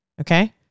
Okay